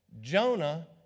Jonah